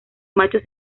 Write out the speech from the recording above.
machos